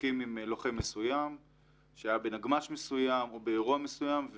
מתעסקים עם לוחם מסוים שהיה בנגמ"ש מסוים או באירוע מסוים,